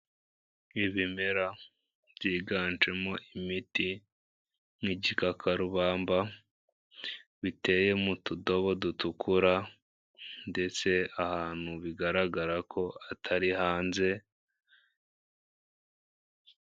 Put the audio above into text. Ibimera byiganjemo imiti nk'igikakarubamba, biteye mu tudobo dutukura ndetse ahantu bigaragara ko atari hanze.